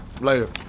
Later